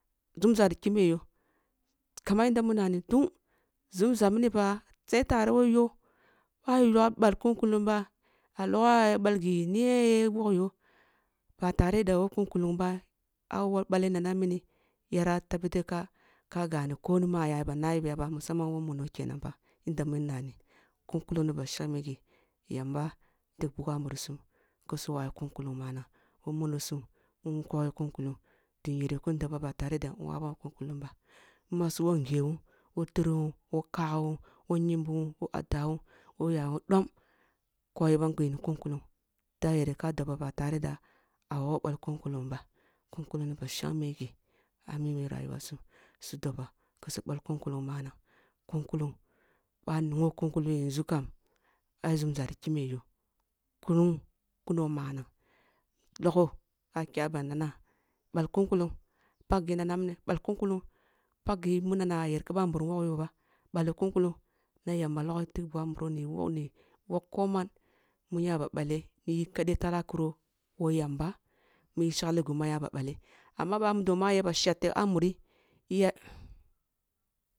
Zumza ri kimeh yo kaman yanda mun nani tun zunza mini fa sai tareh wah yo boh ayo balk un kullung ba na logoh balgi ni yen ya wogh y oba tare da who kun kullung ba, boh a wawo baleh nana mini yara tebeh te ka ka gani ko man ayaba nabiya musamman who muno kenan fa yanda mun nani, kun kullun ni bashangme gi yamba tigh bugo a murisum ku su wawu koyi kun kullung manana, who munisum ki yi kun kullung din yereh kun doboh ba tareh da nwaun balk un kullung ba kuma sum who ngewun who tiriwun, who kaguwun, who nyimboh who adawan wil yawun dom kun kullung da yereh ka doboh ba tareh da a wao balk u kullung ba kun kullung nib a shangme gi a mini rayuwa sum su doboh kusu bakk kun kullung manang kun kullung bih a ningo kunkukkung yanzu kam ai zunza ri kime yoh kullung kullung manang logoh ka kya ba mina balk un kullung paka nana mini balk un kullung pakgi mu nana ayar ku bamburum wogh yoba, balli kun lulling nay amba logh tigh bugu a muro ni wogh ko man mun nya ba bale niyi yadaii talakiro who yamba mu shaali gumu ayaba bale amma bamudo mu ayaba shar tebe a muri